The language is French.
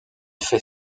fait